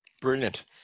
Brilliant